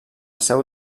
seu